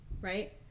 Right